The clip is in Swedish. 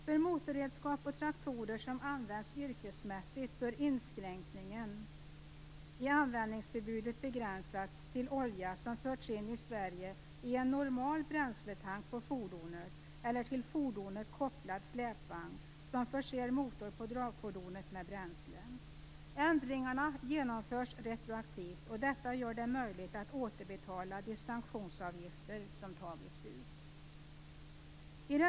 För motorredskap och traktorer som används yrkesmässigt bör inskränkningen i användningsförbudet begränsas till olja som förts in i Sverige i en normal bränsletank på fordonet eller till fordonet kopplad släpvagn som förser motor på dragfordonet med bränsle. Ändringarna genomförs retroaktivt, och detta gör det möjligt att återbetala de sanktionsavgifter som tagits ut.